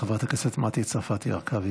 חברת הכנסת מטי צרפתי הרכבי,